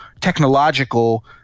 technological